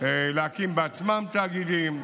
להקים בעצמן תאגידים,